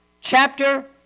chapter